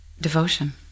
Devotion